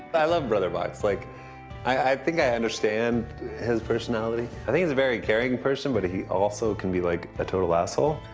i love brother box, like i think i understand his personality, i think he's a very caring person, but he also can be like a total asshole.